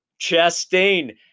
Chastain